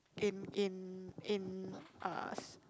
in in in uh